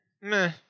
Meh